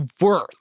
worth